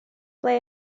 ble